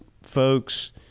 folks